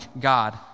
God